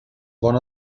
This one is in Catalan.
bona